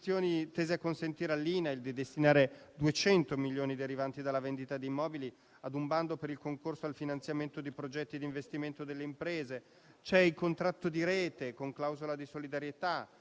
C'è il contratto di rete con clausola di solidarietà, che consente per il 2020 la stipulazione di contratti per favorire il mantenimento dei livelli di occupazione delle imprese di filiere colpite dalla crisi. In ambito fiscale